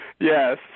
Yes